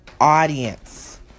audience